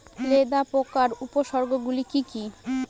লেদা পোকার উপসর্গগুলি কি কি?